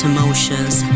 Emotions